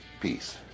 Peace